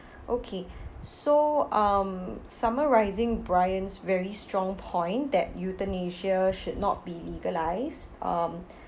okay so um summarising bryan's very strong point that euthanasia should not be legalized um